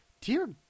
dear